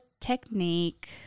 technique